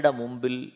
mumbil